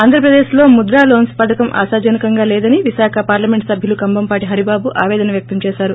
ఆంధ్రప్రదేశ్ లో ముద్ర లోస్ప్ పధకం ఆశాజనకంగా లేదని విశాఖ పార్లమెంట్ సభ్యులు కంభం పాటి హరిబాబు ఆపేదన వ్యక్తం చేశారు